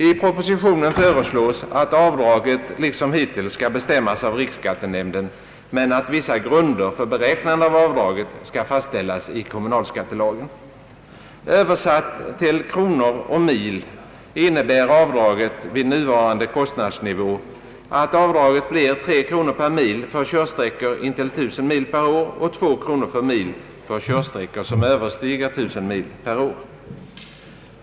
I propositionen föreslås att avdraget liksom hittills skall bestämmas av riksskattenämnden men att vissa grunder för beräknandet av avdraget skall fastställas i kommunalskattelagen. Översatt till kronor och mil innebär förslaget vid nuvarande kostnadsnivå att avdraget blir 3 kronor per mil för körsträckor intill 1000 mil per år och 2 kronor per mil för körsträckor som överstiger 1000 mil per år.